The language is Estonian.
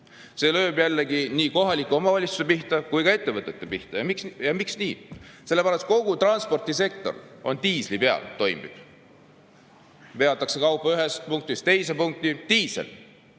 See lööb jällegi nii kohalike omavalitsuste pihta kui ka ettevõtete pihta. Miks nii? Sellepärast, et kogu transpordisektor toimib diisli peal. Veetakse kauba ühest punktist teise punkti – diisel.